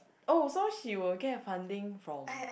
oh so she will get a funding from